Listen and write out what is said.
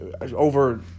over